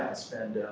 spend